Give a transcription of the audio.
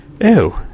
Ew